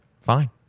Fine